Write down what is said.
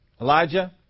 Elijah